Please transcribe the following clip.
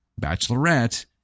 bachelorette